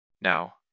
Now